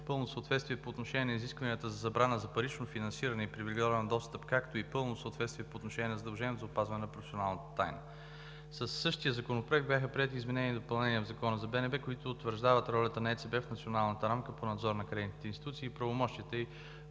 пълно съответствие по отношение на изискванията за забрана за парично финансиране и привилегирован достъп, както и пълно съответствие по отношение на задължението за опазване на професионалната тайна. Със същия законопроект бяха приети изменения и допълнения на Закона за БНБ, които уреждат ролята на Европейската централна банка в националната рамка по надзор на кредитните институции и правомощията ѝ